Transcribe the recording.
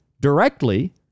directly